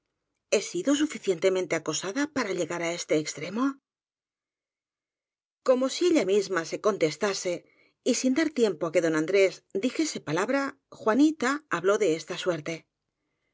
he sido suficien temente acosada para llegar á este extremo como si ella misma se contestase y sin dar tiempo á que don andrés dijese palabra juanita habló de esta suerte